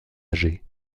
âgé